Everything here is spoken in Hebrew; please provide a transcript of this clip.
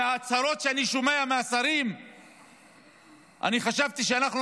מההצהרות שאני שומע מהשרים חשבתי שאנחנו